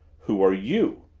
who are you?